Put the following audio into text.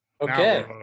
Okay